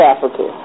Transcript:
Africa